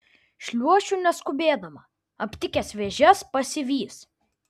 šliuošiu neskubėdama aptikęs vėžes pasivys